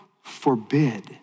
forbid